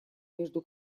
между